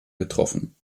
getroffen